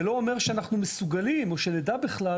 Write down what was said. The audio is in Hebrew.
זה לא אומר שאנחנו מסוגלים או שנדע בכלל